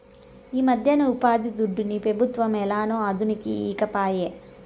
ఈమధ్యన ఉపాధిదుడ్డుని పెబుత్వం ఏలనో అదనుకి ఈకపాయే